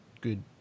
good